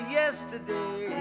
yesterday